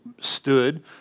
stood